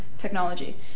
Technology